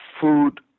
food